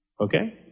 Okay